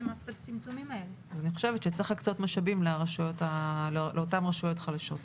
אני חושבת שצריך להקצות משאבים לאותן רשויות חלשות.